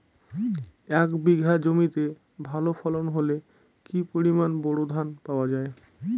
এক বিঘা জমিতে ভালো ফলন হলে কি পরিমাণ বোরো ধান পাওয়া যায়?